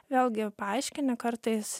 vėlgi paaiškini kartais